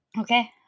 Okay